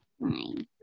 Fine